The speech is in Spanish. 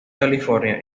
california